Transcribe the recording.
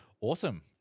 Awesome